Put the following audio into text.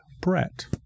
Brett